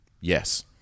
yes